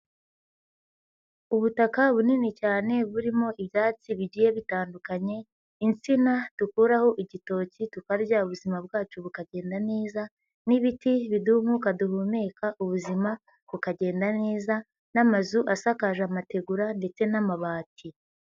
Ubutaka bunini cyane burimo ibyatsi bigiye bitandukanye, insina dukuraho igitoki tukarya ubuzima bwacu bukagenda neza n'ibiti biduha umwuka duhumeka ubuzima bukagenda neza n'amazu asakaje amategura ndetse n'amabati.